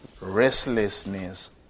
restlessness